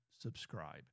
subscribe